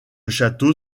château